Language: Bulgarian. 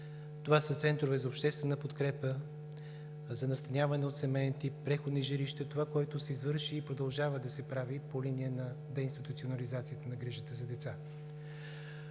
Това са центрове за обществена подкрепа, за настаняване от семеен тип, преходни жилища – това, което се извърши и продължава да се прави по линия на деинституционализацията на грижата за деца.